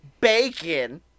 bacon